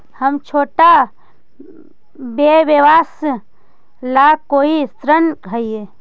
हमर छोटा व्यवसाय ला कोई ऋण हई?